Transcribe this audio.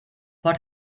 what